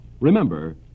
Remember